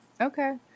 Okay